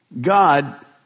God